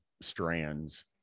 strands